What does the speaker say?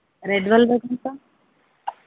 red velvet ఎంత